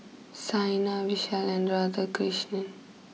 Saina Vishal and Radhakrishnan